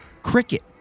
cricket